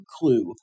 clue